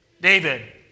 David